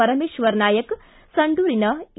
ಪರಮೇಶ್ವರ್ ನಾಯಕ್ ಸಂಡೂರಿನ ಇ